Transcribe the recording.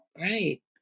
right